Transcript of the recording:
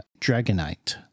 Dragonite